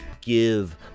give